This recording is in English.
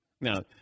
Now